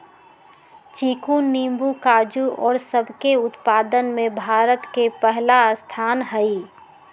चीकू नींबू काजू और सब के उत्पादन में भारत के पहला स्थान हई